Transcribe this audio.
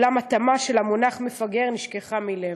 ואולם, התאמה של המונח מפגר נשכחה מלב.